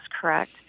correct